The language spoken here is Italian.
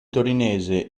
torinese